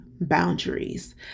boundaries